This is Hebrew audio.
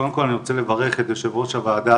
קודם כל אני רוצה לברך את יו"ר הוועדה,